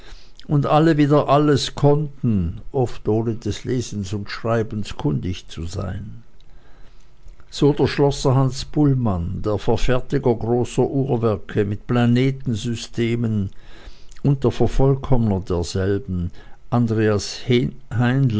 und alle wieder alles konnten oft ohne des lesens und schreibens mächtig zu sein so der schlosser hans bullmann der verfertiger großer uhrwerke mit planetensystemen und der vervollkommner derselben andreas